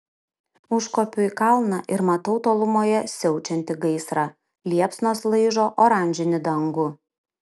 užkopiu į kalną ir matau tolumoje siaučiantį gaisrą liepsnos laižo oranžinį dangų